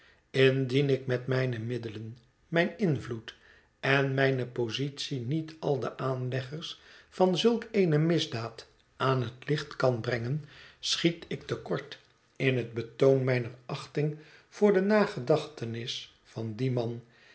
indien ik met mijne middelen mijn invloed én mijne positie niet al de aanleggers van zulk eene misdaad aan het licht kan brengen schiet ik te kort in het betoon mijner achting voor de nagedachtenis van dien man